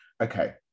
okay